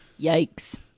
Yikes